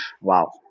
wow